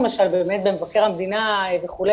באמת במבקר המדינה וכו',